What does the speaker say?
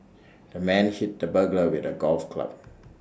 the man hit the burglar with A golf club